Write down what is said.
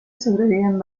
sobreviven